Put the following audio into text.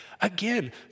Again